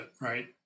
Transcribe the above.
right